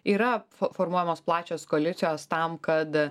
yra fo formuojamos plačios koalicijos tam kad